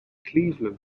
cleveland